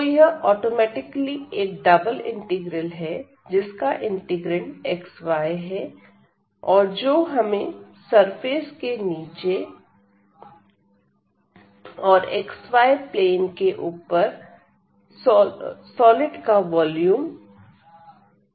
तो यह ऑटोमेटिकली एक डबल इंटीग्रल है जिसका इंटीग्रैंड xy है और जो हमें सरफेस के नीचे और xy प्लेन के ऊपर सॉलिड का वॉल्यूम देता है